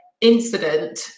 incident